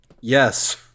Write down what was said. Yes